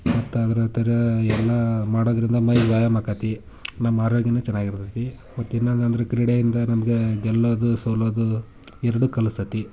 ಮತ್ತೆ ಅದರ ಥರ ಎಲ್ಲ ಮಾಡೋದರಿಂದ ಮೈಗೆ ವ್ಯಾಯಾಮಾಕತೆ ನಮ್ಮ ಆರೋಗ್ಯನು ಚೆನ್ನಾಗಿರ್ತತೆ ಮತ್ತಿನ್ನೊಂದೆಂದ್ರೆ ಕ್ರೀಡೆಯಿಂದ ನಮಗೆ ಗೆಲ್ಲೋದು ಸೋಲೋದು ಎರಡು ಕಲಿಸ್ತತೆ